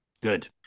Good